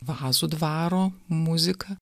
vazų dvaro muziką